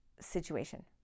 situation